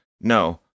no